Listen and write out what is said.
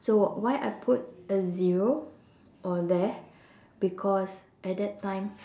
so why I put a zero over there because at that time